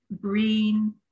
green